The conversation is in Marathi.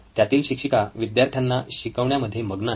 त्यातील शिक्षिका विद्यार्थ्यांना शिकवण्यामध्ये मग्न आहेत